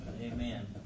Amen